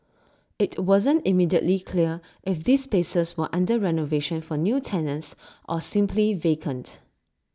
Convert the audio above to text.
IT wasn't immediately clear if these spaces were under renovation for new tenants or simply vacant